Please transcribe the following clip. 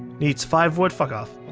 needs five wood, fuck off.